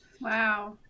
Wow